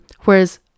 Whereas